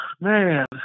Man